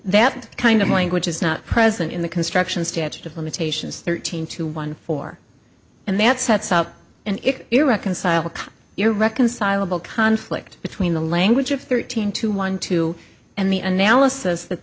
that kind of language is not present in the construction statute of limitations thirteen to one four and that sets up an irreconcilable irreconcilable conflict between the language of thirteen two one two and the analysis